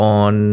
on